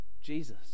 Jesus